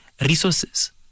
resources